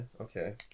Okay